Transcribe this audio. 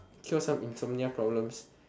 cure some insomnia problems